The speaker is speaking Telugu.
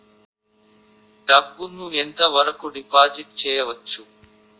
డబ్బు ను ఎంత వరకు డిపాజిట్ చేయవచ్చు?